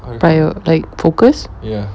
like like focus